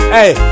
Hey